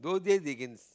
those days they can